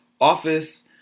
office